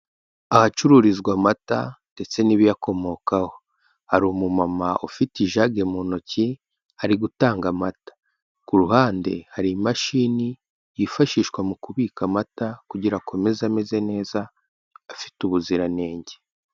Ahacururizwa amata ndetse n'ibiyakomokaho, hari umumama ufite ijage mu ntoki ari gutanga amata, ku ruhande hari imashini yifashishwa mu kubika amata, kugira akomeze ameze neza afite ubuziranenge.